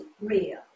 real